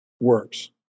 works